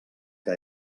que